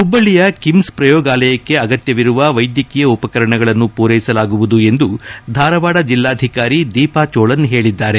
ಹುಬ್ಬಳ್ಳಿಯ ಕಿಮ್ಸ್ ಪ್ರಯೋಗಾಲಯಕ್ಕೆ ಅಗತ್ಯವಿರುವ ವೈದ್ಯಕೀಯ ಉಪಕರಣಗಳನ್ನು ಪೂರೈಸಲಾಗುವುದು ಎಂದು ಧಾರವಾದ ಜಿಲ್ಲಾಧಿಕಾರಿ ದೀಪಾ ಚೋಳನ್ ಹೇಳಿದ್ದಾರೆ